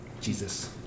Jesus